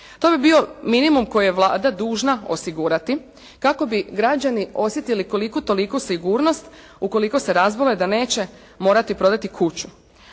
To bi bio minimum koji je Vlada dužna osigurati kako bi građani osjetili koliku toliku sigurnost ukoliko se razbole da neće morati prodati kuću.